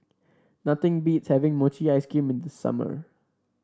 nothing beats having Mochi Ice Cream in the summer